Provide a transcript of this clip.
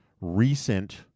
recent